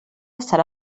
serà